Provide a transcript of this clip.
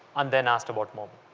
and then asked about mobile.